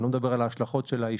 אני לא מדבר על ההשלכות של העישון.